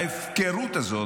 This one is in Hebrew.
ההפקרות הזאת,